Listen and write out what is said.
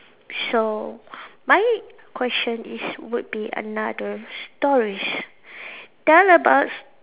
so my question is would be another stories tell about